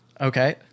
Okay